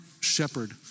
shepherd